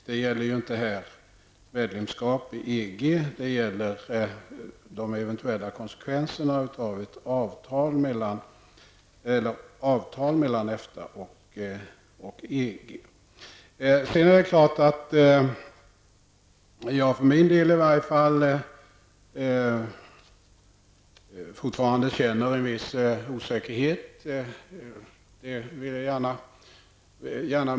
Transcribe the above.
Det gäller ju här inte medlemskap i EG, utan det gäller de eventuella konsekvenserna av ett avtal mellan EFTA och EG. Jag för min del känner fortfarande en viss osäkerhet i detta sammanhang.